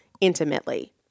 intimately